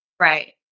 Right